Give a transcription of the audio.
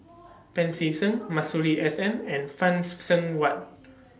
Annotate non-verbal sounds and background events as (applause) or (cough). Pancy Seng Masuri S N and (unintelligible) Seng Whatt